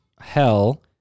hell